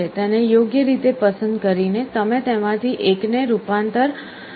તેને યોગ્ય રીતે પસંદ કરીને તમે તેમાંથી એકને રૂપાંતર માટે પસંદ કરી શકો છો